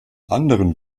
anderen